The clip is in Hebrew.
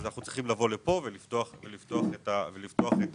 צריך לבוא לפה ולפתוח את הצו.